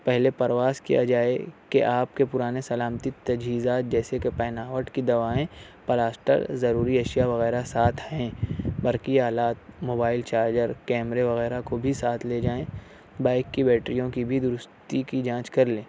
پہلے پرواز کیا جائے کہ آپ کے پرانے سلامتی تجہیزات جیسے کہ پہناوٹ کی دوائیں پلاسٹر ضروری اشیا وغیرہ ساتھ ہیں برقی آلات موبائل چارجر کیمرے وغیرہ کو بھی ساتھ لے جائیں بائک کی بیٹریوں کی بھی درستی کی جانچ کر لیں